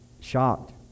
shocked